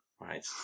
Right